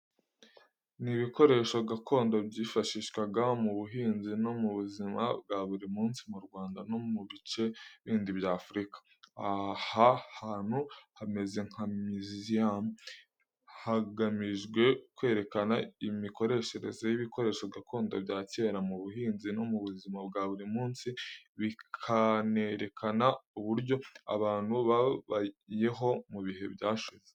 Ni ibikoresho gakondo byifashishwaga mu buhinzi no mu buzima bwa buri munsi mu Rwanda no mu bindi bice by'Afurika. Aha hantu hameze nka museum hagamijwe kwerekana imikoreshereze y'ibikoresho gakondo bya kera mu buhinzi n'ubuzima bwa buri munsi, bikanerekana uburyo abantu babayeho mu bihe byashize.